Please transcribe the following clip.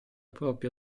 proprio